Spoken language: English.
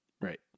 right